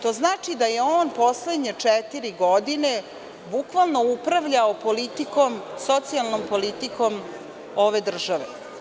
To znači da je on poslednje četiri godine bukvalno upravljao socijalnom politikom ove države.